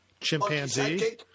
chimpanzee